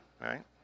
right